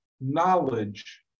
knowledge